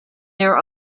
their